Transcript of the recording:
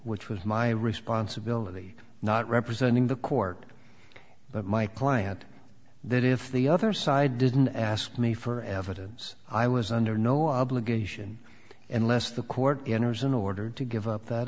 which was my responsibility not representing the court but my client that if the other side didn't ask me for evidence i was under no obligation unless the court enters in order to give up that